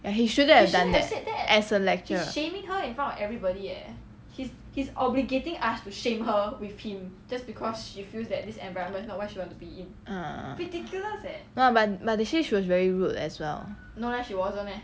ya he shouldn't have done that as a lecturer ah no lah but but they say she was very rude as well